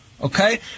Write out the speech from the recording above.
Okay